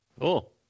cool